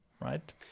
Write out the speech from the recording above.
right